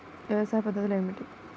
వ్యవసాయ పద్ధతులు ఏమిటి?